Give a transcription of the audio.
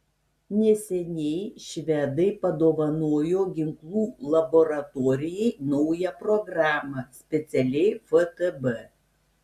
neseniai švedai padovanojo ginklų laboratorijai naują programą specialiai ftb